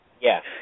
Yes